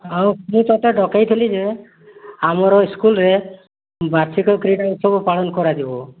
ଆଉ ମୁଁ ତୋତେ ଡକାଇଥିଲି ଯେ ଆମର ସ୍କୁଲ୍ରେ ବାର୍ଷିକ କ୍ରୀଡ଼ା ଉତ୍ସବ ପାଳନ କରାଯିବ